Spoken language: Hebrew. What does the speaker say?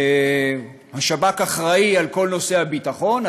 השב"כ אחראי על כל נושאי הביטחון,